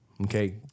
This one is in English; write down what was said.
Okay